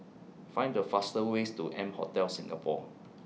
Find The faster ways to M Hotel Singapore